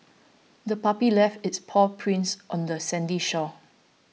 the puppy left its paw prints on the sandy shore